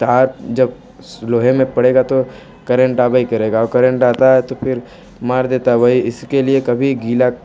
तार जब लोहे में पड़ेगा तो करेंट आइबे करेगा और करंट आता है तो फिर मार देता है वही इसके लिए कभी गीला